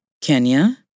Kenya